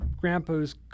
grandpa's